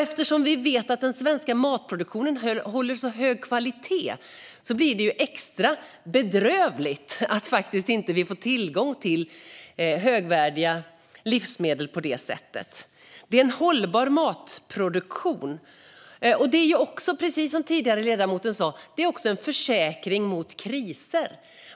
Eftersom vi vet att den svenska matproduktionen håller så hög kvalitet blir det extra bedrövligt att vi inte får tillgång till högvärdiga livsmedel på det sättet. Det är en hållbar matproduktion det handlar om, och som en ledamot tidigare sa är det även en försäkring mot kriser.